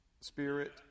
spirit